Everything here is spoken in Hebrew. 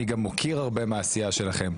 אני גם מוקיר הרבה מהעשייה שלכם.